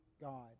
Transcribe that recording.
God